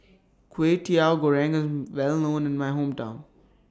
Kwetiau Goreng IS Well known in My Hometown